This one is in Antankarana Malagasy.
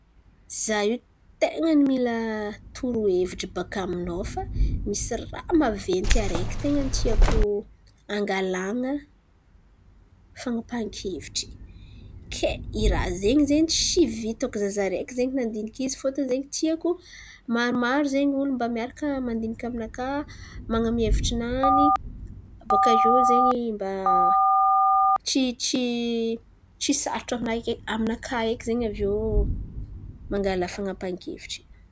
Za io ten̈a ny mila toro-hevitry baka aminao fa misy raha maventy araiky ten̈a ny tiako hangalan̈a fan̈apahan-kevitry. Ke i raha ze zen̈y tsy vitako za zaraiky zen̈y mandiniky izy fôtony zen̈y tiako maromaro zen̈y olo mba miaraka mandiniky aminakà. Man̈amia hevitrinany baka iô zen̈y mba tsy tsy tsy sarotro aminake minakà eky zen̈y aviô mangala fan̈apahan-kevitry.